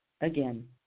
again